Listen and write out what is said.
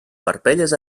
parpelles